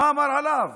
מה אמר עליו,